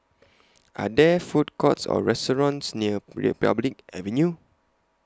Are There Food Courts Or restaurants near Republic Avenue